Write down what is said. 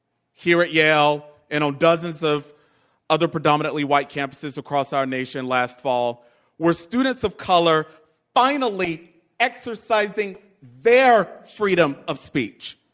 here at yale, and on dozens of other predominantly white campuses across our nation last fall were students of color finally exercising their freedom of speech.